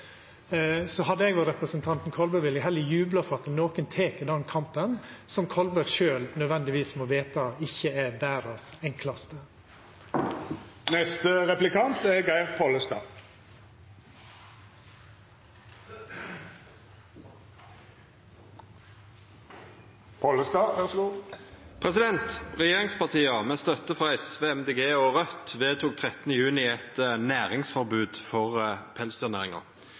Hadde eg vore representanten Kolberg, ville eg heller ha jubla over at nokon tek den kampen som representanten Kolberg sjølv nødvendigvis må veta ikkje er den enklaste i verda. Regjeringspartia, med støtte frå SV, Miljøpartiet Dei Grøne og Raudt, vedtok den 13. juni eit næringsforbod for pelsdyrnæringa.